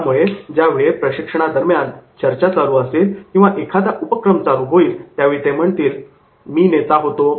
त्यामुळे ज्यावेळी प्रशिक्षणादरम्यान चर्चा चालू होईल किंवा एखादा उपक्रम चालू होईल त्यावेळी ते म्हणतील 'मी नेता होतो